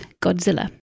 Godzilla